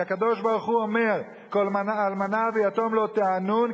כי הקדוש-ברוך-הוא אומר: כל אלמנה ויתום לא תענון,